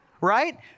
right